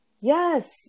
Yes